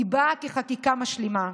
היא באה כחקיקה משלימה.